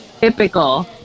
Typical